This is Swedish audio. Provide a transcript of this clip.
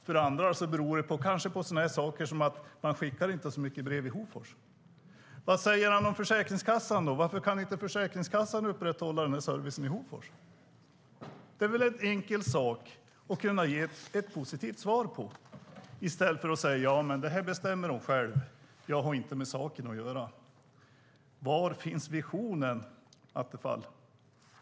För det andra beror detta kanske på att man inte skickar så många brev i Hofors. Vad säger han om Försäkringskassan? Varför kan inte Försäkringskassan upprätthålla sin service i Hofors? Det är väl en enkel sak att kunna ge ett positivt svar på det i stället för att säga att de bestämmer detta själva och att han inte har med saken att göra. Var finns visionen, Attefall?